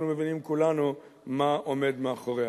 אנחנו מבינים כולנו מה עומד מאחוריה.